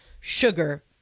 sugar